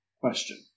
question